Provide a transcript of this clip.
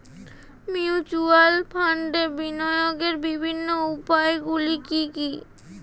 Mutual ফান্ডে বিনিয়োগের বিভিন্ন উপায়গুলি কি কি?